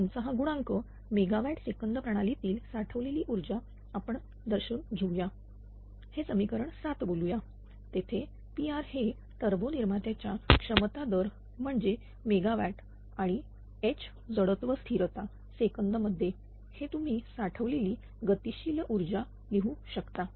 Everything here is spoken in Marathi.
तर तुमचा हा गुणांक मेगावॅट सेकंद प्रणालीतील साठवलेली ऊर्जा आपण दर्शन घेऊया हे समीकरण 7 बोलूया तेथे Pr हे टर्बो निर्मात्याचा क्षमता दर म्हणजे मेगावॅटआणि H जडत्व स्थिरता सेकंद मध्ये हे तुम्ही साठवलेली गतिशील ऊर्जा लिहू शकता